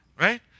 right